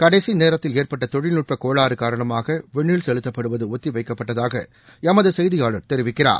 கடைசி நேரத்தில் ஏற்பட்ட தொழில்நுட்பக் கோளாறு காரணமாக விண்ணில் செலுத்தப்படுவது ஒத்தி வைக்கப்பட்டதாக எமது செய்தியாளர் தெரிவிக்கிறார்